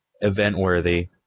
event-worthy